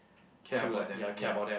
care about them ya